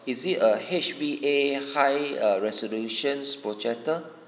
is it a H_V_A high err resolutions projector